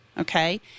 okay